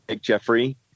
Jeffrey